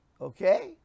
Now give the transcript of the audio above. okay